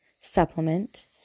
supplement